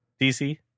DC